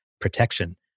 protection